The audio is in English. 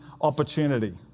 opportunity